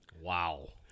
Wow